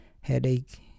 headache